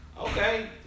okay